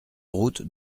route